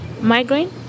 migraine